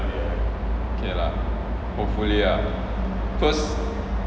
okay lah hopefully lah cause